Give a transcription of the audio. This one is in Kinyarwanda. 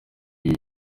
ibi